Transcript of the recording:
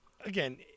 Again